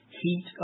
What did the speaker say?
Heat